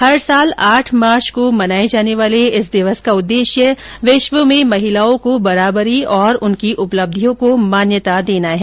हर वर्ष आठ मार्च को मनाए जाने वाले इस दिवस का उद्देश्य विश्व में महिलाओं को बराबरी और उनकी उपलब्धियों को मान्यता देना है